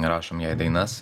įrašome jai dainas